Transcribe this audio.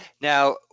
now